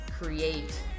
create